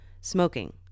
Smoking